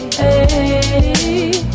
hey